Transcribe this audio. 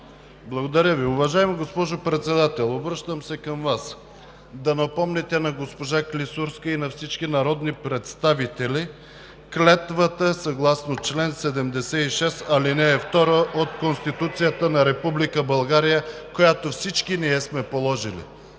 Благодаря Ви. Уважаема госпожо Председател, обръщам се към Вас да напомните на госпожа Клисурска и на всички народни представители клетвата съгласно чл. 76, ал. 2 от Конституцията на Република България, която всички ние сме положили.